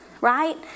right